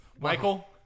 Michael